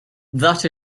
that